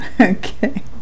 Okay